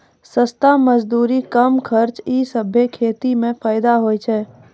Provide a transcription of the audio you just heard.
सस्ता मजदूरी, कम खर्च ई सबसें खेती म फैदा होय छै